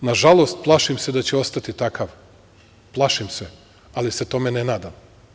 Nažalost, plašim se da će ostati takav, plašim se, ali se tome ne nadam.